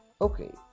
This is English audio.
okay